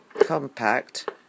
compact